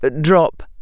drop